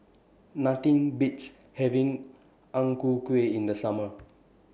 Nothing Beats having Ang Ku Kueh in The Summer